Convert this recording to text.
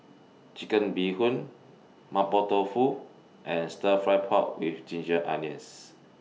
Chicken Bee Hoon Mapo Tofu and Stir Fry Pork with Ginger Onions